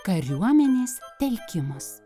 kariuomenės telkimas